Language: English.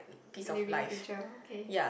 a living creature okay